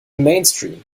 mainstream